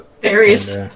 Berries